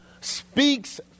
speaks